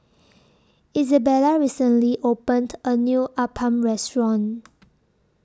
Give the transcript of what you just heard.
Izabella recently opened A New Appam Restaurant